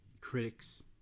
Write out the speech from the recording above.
critics